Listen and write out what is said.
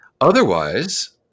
Otherwise